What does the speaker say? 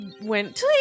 Went